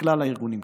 לכלל הארגונים,